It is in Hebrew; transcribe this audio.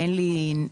אין לי מידע,